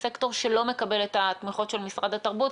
וסקטור שלא מקבל את התמיכות של משרד התרבות.